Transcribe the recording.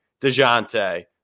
DeJounte